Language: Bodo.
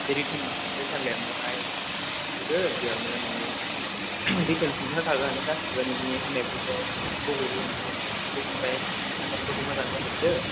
बे रिटार्नआव रिटार्न लिरनायावहाय नोङो थुदो बेयावनो नोङो दिटेल्स ओंखारखागोन गासिबो नोंनि होनायफोरखौहाय नों बबे बेबेनिफ्राय अफिसनिफ्राय नाम्बारफोरखौ मोजां होजोबदो